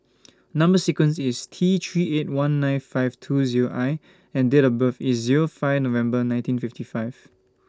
Number sequence IS T three eight one nine five two Zero I and Date of birth IS Zero five November nineteen fifty five